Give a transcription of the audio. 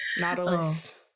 Nautilus